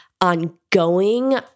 ongoing